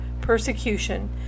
Persecution